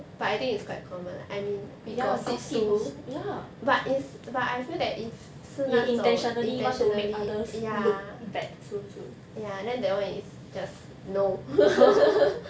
ya we gossip also ya you intentionally want to make others look bad also too